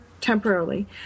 temporarily